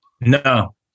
No